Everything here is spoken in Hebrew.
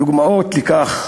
דוגמאות לכך